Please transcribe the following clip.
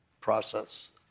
process